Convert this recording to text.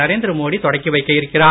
நரேந்திர மோடி தொடக்கி வைக்க இருக்கிறார்